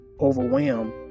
overwhelmed